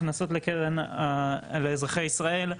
הכנסות לקרן לאזרחי ישראל,